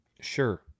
Sure